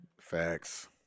Facts